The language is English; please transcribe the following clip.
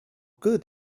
good